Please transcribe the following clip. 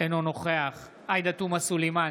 אינו נוכח עאידה תומא סלימאן,